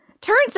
Turns